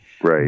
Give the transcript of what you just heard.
Right